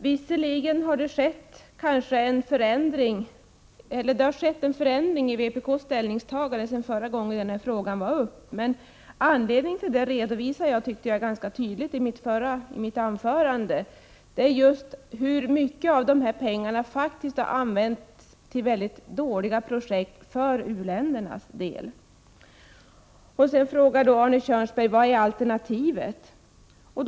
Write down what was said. Herr talman! Visserligen har det skett en förändring i vpk:s ställningstagande sedan förra gången frågan var uppe. Anledningen till det redovisade jag ganska tydligt i mitt anförande: Mycket av pengarna har faktiskt använts till för u-ländernas del väldigt dåliga projekt. Arne Kjörnsberg frågade vad alternativet är.